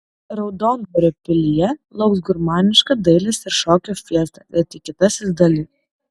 raudondvario pilyje lauks gurmaniška dailės ir šokio fiesta netikėtasis dali